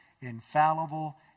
infallible